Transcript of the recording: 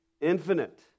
infinite